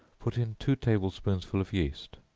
put in two table-spoonsful of yeast,